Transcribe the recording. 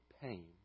pain